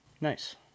Nice